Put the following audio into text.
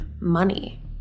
money